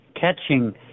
catching